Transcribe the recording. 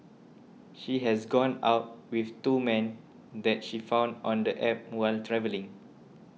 she has gone out with two men that she found on the App while travelling